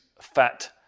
fat